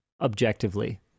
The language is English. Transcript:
objectively